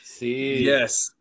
Yes